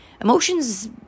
emotions